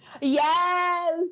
Yes